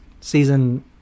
season